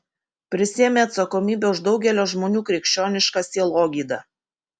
prisiėmė atsakomybę už daugelio žmonių krikščionišką sielogydą